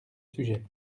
sujet